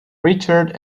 richard